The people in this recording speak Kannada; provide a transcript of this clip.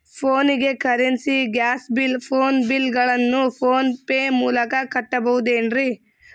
ಫೋನಿಗೆ currency, gas bill, phone bill ಗಳನ್ನು ಫೋನ್ ಪೇ ಮೂಲಕ ಕಟ್ಟಬಹುದೇನ್ರಿ?